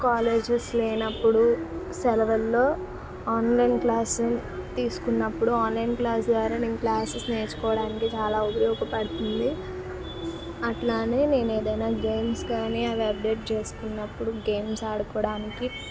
colleges లేనప్పుడు సెలవుల్లో online class తీసుకున్నప్పుడు ఆన్లైన్ క్లాస్ ద్వారా నేను క్లాసెస్ నేర్చుకోవడానికి చాలా ఉపయోగపడుతుంది అలాగే నేను ఏదైనా గేమ్స్ కానీ అవి అప్డేట్ చేసుకున్నప్పుడు గేమ్స్ ఆడుకోడానికి